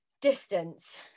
distance